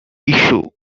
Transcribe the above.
issue